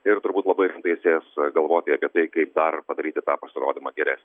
ir turbūt labai rimtai sės galvoti apie tai kaip dar padaryti tą pasirodymą geresnį